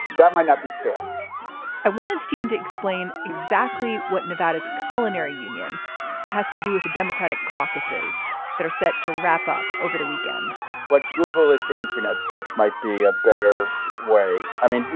that might not be fair i wanted stephen to explain exactly what nevada's culinary union has to do with the democratic caucuses that are set to wrap up over the weekend what google is the internet search might be a better way. i mean,